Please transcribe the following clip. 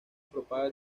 propaga